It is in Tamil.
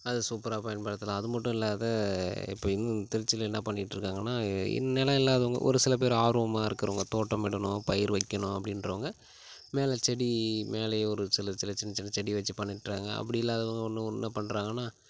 அதை சூப்பராக பயன்படுத்தலாம் அது மட்டும் இல்லாத இப்பயும் திருச்சியில என்ன பண்ணிட்டுருக்காங்கன்னா இன் நிலம் இல்லாதவங்க ஒரு சில பேர் ஆர்வமாக இருக்குறவங்க தோட்டம் இடணும் பயிர் வைக்கணும் அப்படின்றவங்க மேலே செடி மேலேயே ஒரு சிலச் சில சின்னச் சின்ன செடி வச்சி பண்ணிட்டுருக்காங்க அப்படி இல்லாதவங்க இன்னும் இன்னா பண்ணுறாங்கன்னா